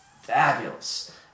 fabulous